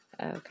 Okay